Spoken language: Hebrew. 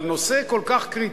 אבל נושא כל כך קריטי,